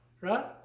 right